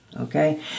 Okay